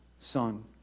Son